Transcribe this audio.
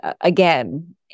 again